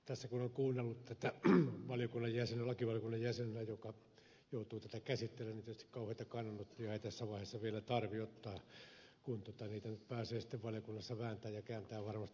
tässä kun olen kuunnellut tätä valiokunnan jäsenenä lakivaliokunnan jäsenenä joka joutuu tätä käsittelemään niin tietysti kauheita kannanottoja ei tässä vaiheessa vielä tarvitse ottaa kun niitä nyt pääsee sitten valiokunnassa vääntämään ja kääntämään varmasti riittävästi